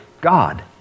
God